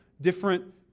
different